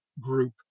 group